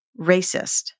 racist